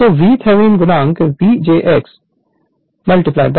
तो V Thevenin v j x mr1 j x1e x m होगा